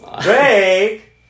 Drake